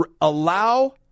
allow